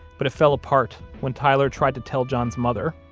but it fell apart when tyler tried to tell john's mother,